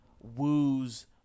woos